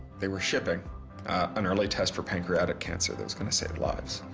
they were shipping an early test for pancreatic cancer that was gonna save lives.